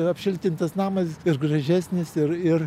ir apšiltintas namas ir gražesnis ir ir